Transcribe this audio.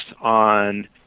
on